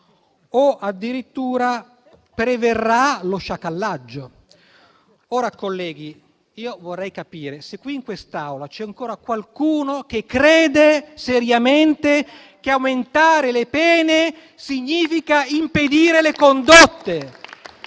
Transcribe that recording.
o addirittura lo preverrà. Colleghi, vorrei capire se qui in quest'Aula c'è ancora qualcuno che crede seriamente che aumentare le pene significhi impedire le condotte.